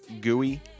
gooey